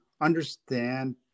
understand